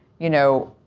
you know,